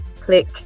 click